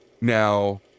Now